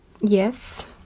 Yes